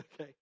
okay